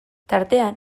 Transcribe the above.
tartean